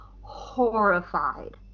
horrified